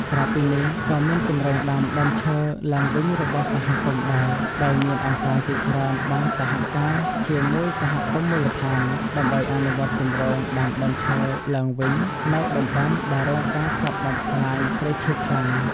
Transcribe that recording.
ក្រៅពីនេះក៏មានគម្រោងដាំដើមឈើឡើងវិញរបស់សហគមន៍ដែរ ដោយមានអង្គការជាច្រើនបានសហការជាមួយសហគមន៍មូលដ្ឋាន ដើម្បីអនុវត្តគម្រោងដាំដើមឈើឡើងវិញនៅតំបន់ដែលរងការកាប់បំផ្លាញព្រៃឈើខ្លាំង។